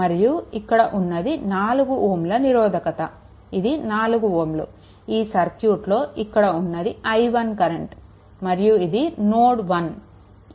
మరియు ఇక్కడ ఉన్నది 4 Ω నిరోధకత ఇది 4 Ω ఈ సర్క్యూట్లో ఇక్కడ ఉన్నది i1 కరెంట్ మరియు ఇది నోడ్1